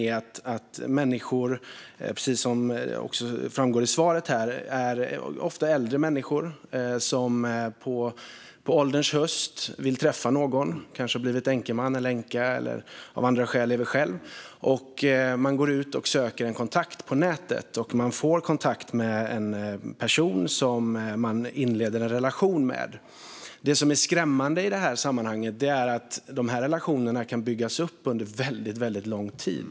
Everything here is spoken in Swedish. De som drabbas är, vilket också framgår av interpellationssvaret, ofta äldre människor som på ålderns höst vill träffa någon. Kanske har de blivit änkemän eller änkor, eller så lever de ensamma av andra orsaker. Man går ut och söker en kontakt på nätet, och man får kontakt med en person som man inleder en relation med. Det som är skrämmande i det här sammanhanget är att de här relationerna kan byggas upp under väldigt lång tid.